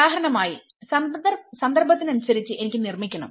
ഉദാഹരണമായി സന്ദർഭത്തിനനുസരിച്ച് എനിക്ക് നിർമ്മിക്കണം